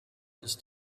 ist